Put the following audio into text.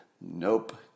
nope